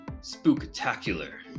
spooktacular